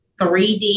3D